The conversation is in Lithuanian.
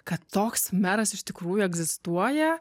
kad toks meras iš tikrųjų egzistuoja